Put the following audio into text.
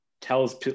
Tells